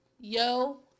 Yo